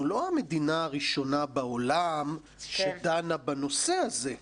לא המדינה הראשונה בעולם שדנה בנושא הזה.